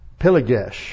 pilagesh